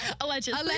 Allegedly